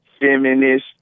feminist